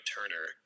Turner